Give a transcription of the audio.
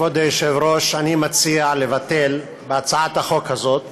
כבוד היושב-ראש, אני מציע לבטל בהצעת החוק הזאת